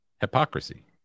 hypocrisy